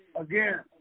Again